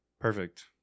Perfect